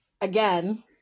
again